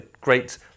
great